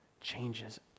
changes